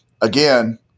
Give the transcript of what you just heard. again